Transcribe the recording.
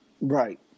Right